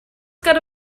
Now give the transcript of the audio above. gotta